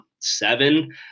Seven